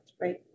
right